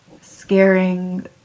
scaring